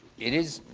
it is